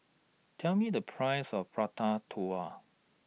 Tell Me The Price of Prata Telur